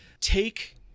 take